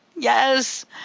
Yes